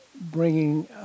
bringing